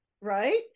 right